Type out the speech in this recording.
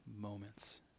moments